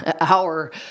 hour